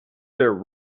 their